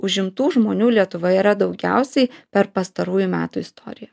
užimtų žmonių lietuvoj yra daugiausiai per pastarųjų metų istoriją